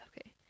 okay